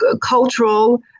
cultural